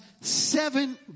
seven